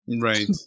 Right